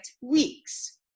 weeks